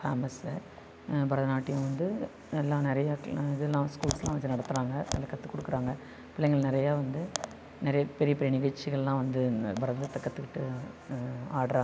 famous Bharatanatyam வந்து எல்லாம் நிறைய டி இதெலாம் ஸ்கூல்ஸ்லாம் வச்சி நடத்துகிறாங்க நல்ல கற்று கொடுக்குறாங்க பிள்ளைங்கள் நிறையா வந்து நிறைய பெரிய பெரிய நிகழ்ச்சிகள்லாம் வந்து பரதத்தை கற்றுக்கிட்டு ஆடுறாங்க